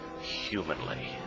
humanly